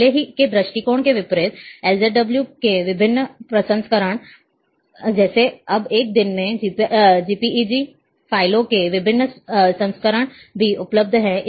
पहले के दृष्टिकोणों के विपरीत एलजेडडब्ल्यू के विभिन्न संस्करण हैं जैसे अब एक दिन में जेपीईजी फाइलों के विभिन्न संस्करण भी उपलब्ध हैं